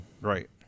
Right